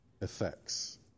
effects